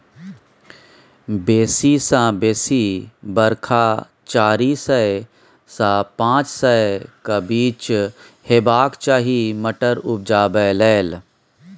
बेसी सँ बेसी बरखा चारि सय सँ पाँच सयक बीच हेबाक चाही मटर उपजाबै लेल